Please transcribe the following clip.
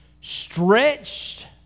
stretched